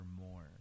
more